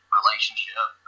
relationship